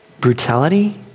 brutality